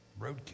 Roadkill